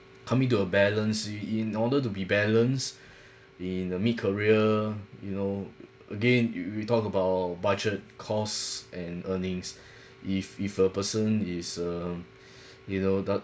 coming to a balance you in order to be balanced in the mid career you know again you you talk about budget costs and earnings if if a person is uh you know